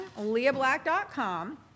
LeahBlack.com